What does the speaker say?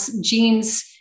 genes